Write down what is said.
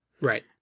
Right